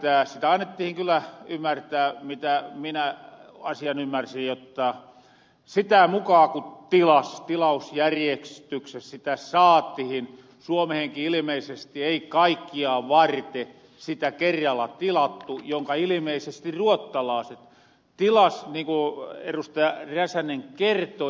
sitä annettihin kyllä ymmärtää mitä minä asian ymmärsin jotta sitä mukaa ku tilausjärjestykses sitä saatihin suomehenkin ilmeisesti ei kaikkia varte sitä kerralla tilattu jonka ilimeisesti ruottalaaset tilas nii ku erustaja räsänen kertoi